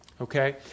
Okay